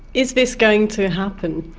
is this going to happen?